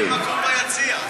אין מקום ביציע,